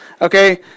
okay